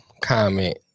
comment